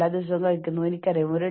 ചുമതല ആവശ്യപ്പെടുന്നത് ഉയരാൻ കഴിയും